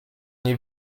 nie